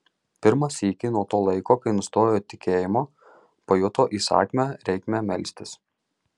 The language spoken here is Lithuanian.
pirmą sykį nuo to laiko kai nustojo tikėjimo pajuto įsakmią reikmę melstis